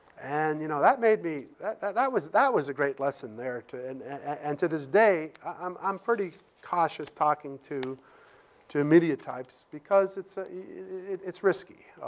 and, you know, that made me that was that was a great lesson there. and and to this day, i'm i'm pretty cautious talking to to media types because it's ah it's risky.